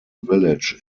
village